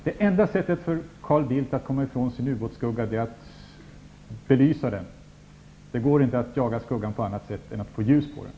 Det enda sättet för Carl Bildt att komma ifrån sin ubåtsskugga är att belysa den. Det går inte att jaga skuggan på annat sätt än genom att få ljus på den.